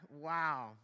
Wow